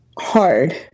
hard